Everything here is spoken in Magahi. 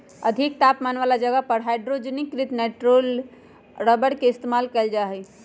अधिक तापमान वाला जगह पर हाइड्रोजनीकृत नाइट्राइल रबर के इस्तेमाल कइल जा हई